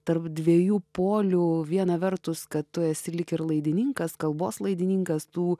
tarp dviejų polių viena vertus kad tu esi lyg ir laidininkas kalbos laidininkas tų